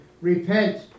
Repent